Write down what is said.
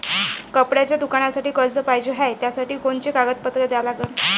कपड्याच्या दुकानासाठी कर्ज पाहिजे हाय, त्यासाठी कोनचे कागदपत्र द्या लागन?